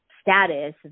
status